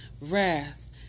wrath